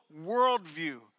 worldview